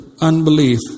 unbelief